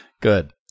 Good